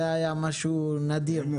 זה היה משהו נדיר מאוד.